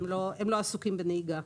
הם לא עסוקים בנהיגה.